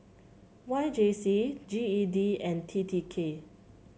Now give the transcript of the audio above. Y J C G E D and T T K